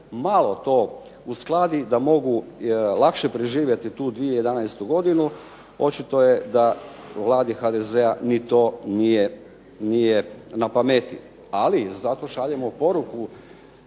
malo to uskladi da mogu lakše preživjeti tu 2011. Očito je da Vladi HDZ-a ni to nije na pameti. Ali im zato šaljemo poruku